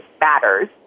matters